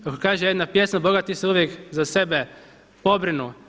Kako kaže jedna pjesma bogati se uvijek za sebe pobrinu.